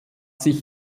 sich